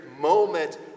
moment